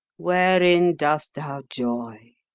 wherein dost thou joy?